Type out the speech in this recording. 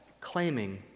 claiming